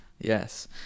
Yes